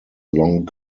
long